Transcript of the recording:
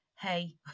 Hey